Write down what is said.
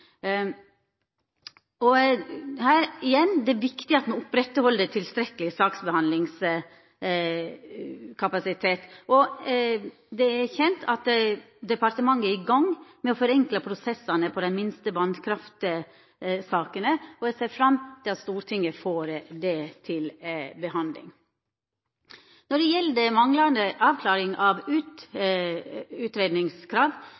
Og igjen – det er viktig at me opprettheld tilstrekkeleg saksbehandlingskapasitet. Det er kjent at departementet er i gang med å forenkla prosessane på dei minste vasskraftsakene, og eg ser fram til at Stortinget får det til behandling. Når det gjeld manglande avklaring av